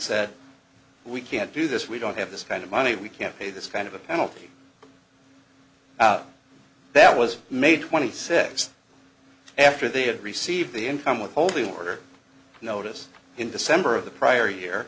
said we can't do this we don't have this kind of money we can't pay this kind of a penalty that was made twenty six after they had received the income withholding order notice in december of the prior